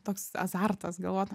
toks azartas galvot